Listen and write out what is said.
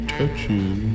touching